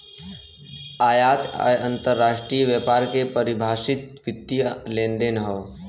आयात अंतरराष्ट्रीय व्यापार के परिभाषित वित्तीय लेनदेन हौ